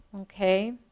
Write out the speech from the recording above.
okay